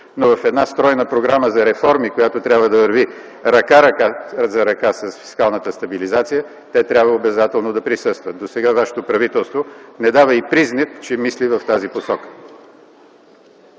но в една стройна програма за реформи, която трябва да върви ръка за ръка с фискалната стабилизация, те трябва обезателно да присъстват. Досега вашето правителство не дава и признак, че мисли в тази посока.